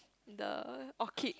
the orchid